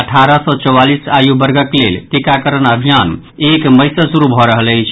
अठारह सँ चौवालीस आयु वर्गक लेल टीकाकरण अभियान एक मई सँ शुरू भऽ रहल अछि